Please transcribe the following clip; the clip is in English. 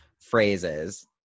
phrases